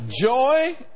Joy